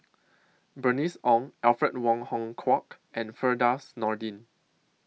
Bernice Ong Alfred Wong Hong Kwok and Firdaus Nordin